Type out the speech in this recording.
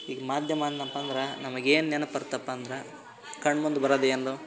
ಈಗ ಮಾಧ್ಯಮ ಅಂದ್ನಪ್ಪ ಅಂದ್ರೆ ನಮಗೇನು ನೆನಪು ಬರುತ್ತಪ್ಪ ಅಂದ್ರೆ ಕಣ್ಮುಂದೆ ಬರೋದ್ ಏನದು